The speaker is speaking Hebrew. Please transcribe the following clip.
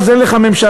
אז אין לך ממשלה,